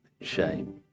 shame